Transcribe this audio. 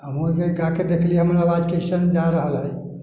हमहूँ जे गाके देखलिए हमर आवाज कइसन जा रहल हइ